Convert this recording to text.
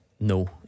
No